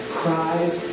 cries